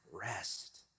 rest